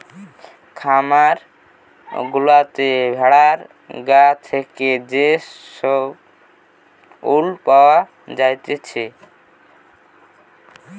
খামার গুলাতে ভেড়ার গা থেকে যে সব উল পাওয়া জাতিছে